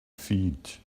feet